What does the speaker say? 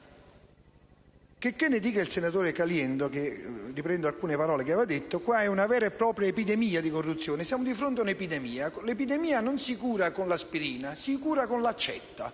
Checché ne dica il senatore Caliendo - riprendo alcune parole che aveva detto - qui c'è una vera e propria epidemia di corruzione. Siamo di fronte ad un'epidemia, che non si cura con l'aspirina, ma con l'accetta